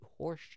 horseshit